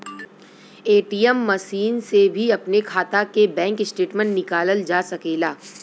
ATM machine से भी अपने खाता के बैंक स्टेटमेंट निकालल जा सकेला